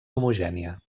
homogènia